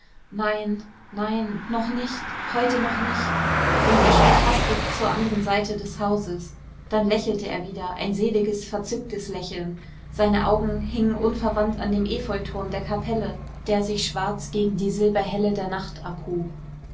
nein nein noch nicht heute noch nicht und er schritt hastig zur anderen seite des hauses dann lächelte er wieder ein seliges verzücktes lächeln seine augen hingen unverwandt an dem efeuturm der kapelle der sich schwarz gegen die silberhelle der nacht abhob